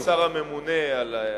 ראש הממשלה הוא השר הממונה על ההנצחה.